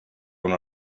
una